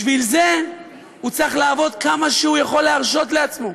בשביל זה הוא צריך לעבוד כמה שהוא יכול להרשות לעצמו,